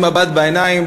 עם מבט בעיניים,